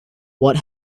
what